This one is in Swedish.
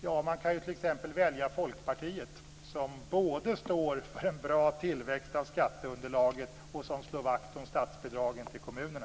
Ja, man kan t.ex. välja Folkpartiet, som både står för en bra tillväxt av skatteunderlaget och slår vakt om statsbidragen till kommunerna.